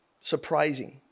surprising